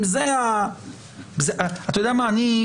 אני,